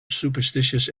superstitious